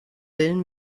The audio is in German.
willen